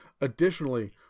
Additionally